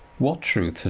what truth?